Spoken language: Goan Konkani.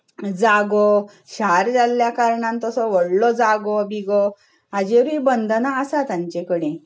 जागो शार जाल्ल्या कारणान तसो व्हडलो जागो बिगो हाजेरूय बंधना आसात तांचे कडेन